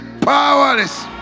powerless